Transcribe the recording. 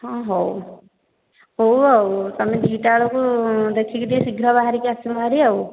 ହଁ ହଉ ହଉ ଆଉ ତୁମେ ଦୁଇଟା ବେଳକୁ ଦେଖିକି ଟିକିଏ ଶୀଘ୍ର ବାହାରିକି ଆସିବ ଭାରି ଆଉ